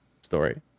story